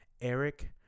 Eric